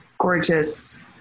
gorgeous